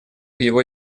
его